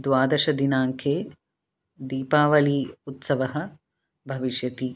द्वादशदिनाङ्के दीपावलिः उत्सवः भविष्यति